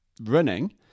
running